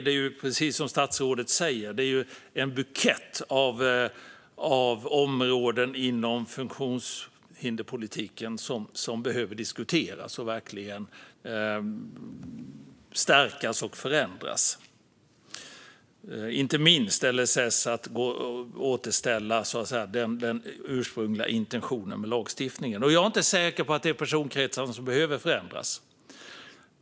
Det är, precis som statsrådet säger, en bukett av områden inom funktionshinderspolitiken som behöver diskuteras och verkligen stärkas och förändras. Det gäller inte minst att återställa den ursprungliga intentionen när det gäller LSS. Jag är inte säker på att det är personkretsarna som behöver förändras.